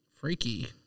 freaky